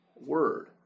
word